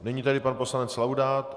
Nyní tedy pan poslanec Laudát.